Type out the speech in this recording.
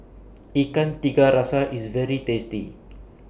Ikan Tiga Rasa IS very tasty